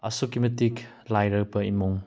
ꯑꯁꯨꯛꯀꯤ ꯃꯇꯤꯛ ꯂꯥꯏꯔꯕ ꯏꯃꯨꯡ